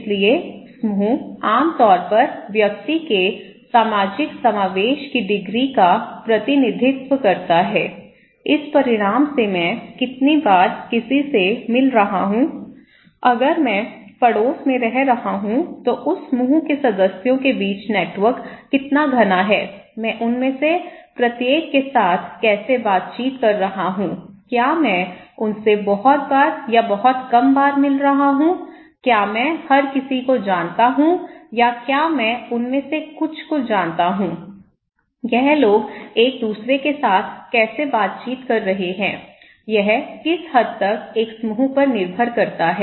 इसलिए समूह आम तौर पर व्यक्ति के सामाजिक समावेश की डिग्री का प्रतिनिधित्व करता है इस परिणाम से मैं कितनी बार किसी से मिल रहा हूं अगर मैं पड़ोस में रह रहा हूं तो उस समूह के सदस्यों के बीच नेटवर्क कितना घना है मैं उनमें से प्रत्येक के साथ कैसे बातचीत कर रहा हूं क्या मैं उनसे बहुत बार या बहुत कम बार मिल रहा हूं क्या मैं हर किसी को जानता हूं या क्या मैं उनमें से कुछ को जानता हूं यह लोग एक दूसरे के साथ कैसे बातचीत कर रहे हैं यह किस हद तक एक समूह पर निर्भर करता है